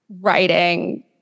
writing